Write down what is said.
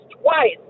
twice